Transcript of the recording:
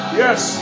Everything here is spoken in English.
yes